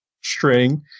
string